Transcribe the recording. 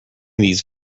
these